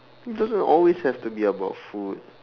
it doesn't always have to be about food